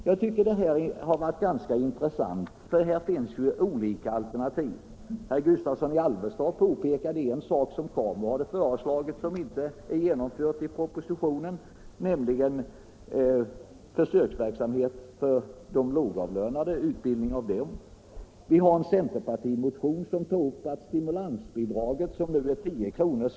Ja, där finns olika alternativ, och det tycker jag är intressant. Herr Gustavsson i Alvesta pekade på en sak som KAMU föreslagit men som inte är medtaget i propositionen, nämligen försöksverksamhet med utbildning av lågavlönade. Vidare har det i en centerpartimotion tagits upp ett förslag om höjning av stimulansbidraget från nuvarande 10 till 20 kr.